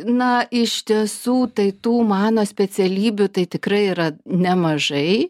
na iš tiesų tai tų mano specialybių tai tikrai yra nemažai